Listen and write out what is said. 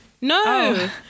No